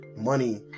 Money